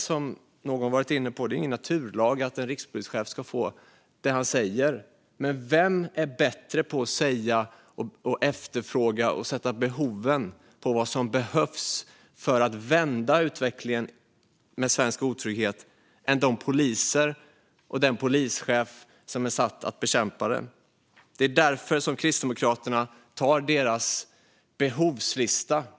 Som någon var inne på är det ingen naturlag att en rikspolischef ska få vad han efterfrågar, men vilka är bättre på att efterfråga och se vad som behövs för att vända utvecklingen när det gäller otrygghet än de poliser och den polischef som är satta att bekämpa den? Det är därför som Kristdemokraterna tar deras behovslista på allvar.